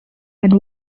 and